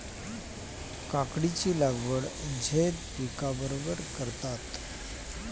खीरानी लागवड झैद पिकस बरोबर करतस